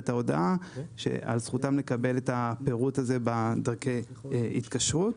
ההודעה על זכותם לקבל את הפירוט הזה בדרכי ההתקשרות.